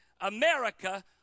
America